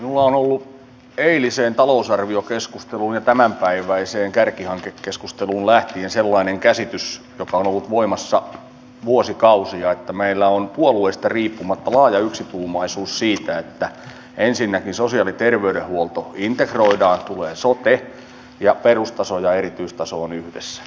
minulla on ollut eiliseen talousarviokeskusteluun ja tämänpäiväiseen kärkihankekeskusteluun liittyen sellainen käsitys joka on ollut voimassa vuosikausia että meillä on puolueista riippumatta laaja yksituumaisuus siitä että ensinnäkin sosiaali ja terveydenhuolto integroidaan tulee sote ja perustaso ja erityistaso ovat yhdessä